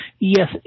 Yes